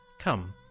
Come